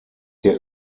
der